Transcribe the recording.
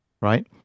right